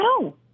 No